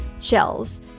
shells